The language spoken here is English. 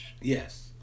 Yes